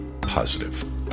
positive